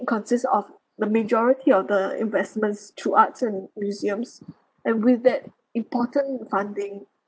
consists of the majority of the investments through arts and museums and with that important funding